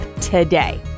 today